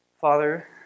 Father